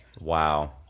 Wow